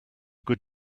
good